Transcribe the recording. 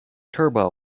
turbo